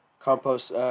compost